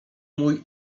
mój